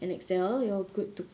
and excel you're good to